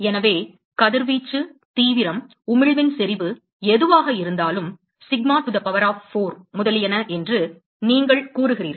எனவே கதிர்வீச்சு தீவிரம் உமிழ்வின் செறிவு எதுவாக இருந்தாலும் sigma T to the power of 4 முதலியன என்று நீங்கள் கூறுகிறீர்கள்